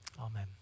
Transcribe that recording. Amen